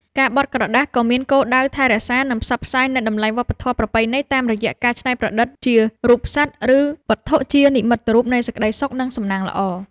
ការបត់ក្រដាសក៏មានគោលដៅថែរក្សា និងផ្សព្វផ្សាយនូវតម្លៃវប្បធម៌ប្រពៃណីតាមរយៈការច្នៃប្រឌិតជារូបសត្វ ឬវត្ថុជានិមិត្តរូបនៃសេចក្ដីសុខ និងសំណាងល្អ។